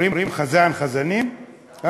אומרים חזן, חזנים?